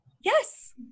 yes